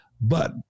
But-